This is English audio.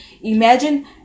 imagine